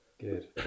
good